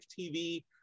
tv